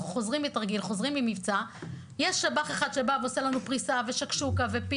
חוזרים מתרגיל או ממבצע ויש טבח אחד שמשקיע ועושה פריסות וטבח